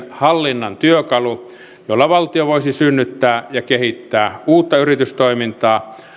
hallinnan työkalu jolla valtio voisi synnyttää ja kehittää uutta yritystoimintaa